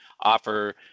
offer